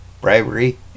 bribery